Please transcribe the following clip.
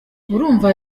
urumva